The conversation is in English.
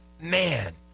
man